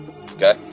okay